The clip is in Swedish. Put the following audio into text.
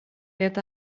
det